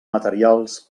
materials